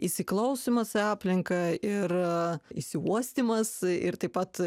įsiklausymas į aplinką ir įsiuostymas ir taip pat